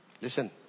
listen